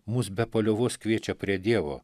mus be paliovos kviečia prie dievo